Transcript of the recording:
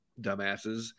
dumbasses